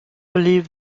believe